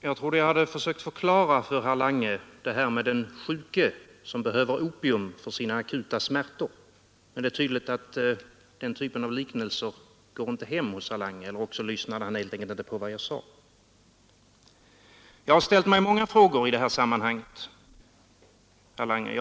Herr talman! Jag trodde att jag för herr Lange hade förklarat detta med den sjuke som behöver opium för sina akuta smärtor, men det är tydligt att den typen av liknelser inte går hem hos herr Lange. Eller också lyssnade herr Lange helt enkelt inte på vad jag sade. Jag har ställt många frågor i det här sammanhanget, herr Lange. Bl.